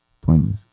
pointless